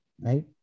Right